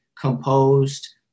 composed